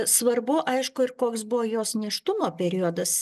svarbu aišku ir koks buvo jos nėštumo periodas